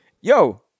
yo